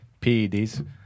PEDs